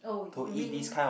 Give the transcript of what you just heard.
oh you mean